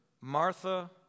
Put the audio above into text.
Martha